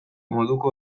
moduko